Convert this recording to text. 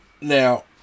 Now